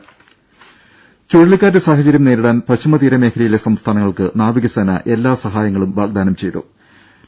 രുഭ ചുഴലിക്കാറ്റ് സാഹചര്യം നേരിടാൻ പശ്ചിമ തീരമേഖലയിലെ സംസ്ഥാനങ്ങൾക്ക് നാവികസേന എല്ലാ സഹായങ്ങളും വാഗ്ദാനം ചെയ്തിട്ടുണ്ട്